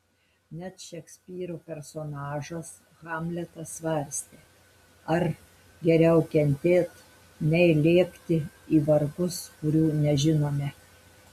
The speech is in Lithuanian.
net šekspyro personažas hamletas svarstė ar geriau kentėt nei lėkti į vargus kurių nežinome